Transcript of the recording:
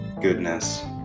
goodness